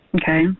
Okay